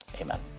Amen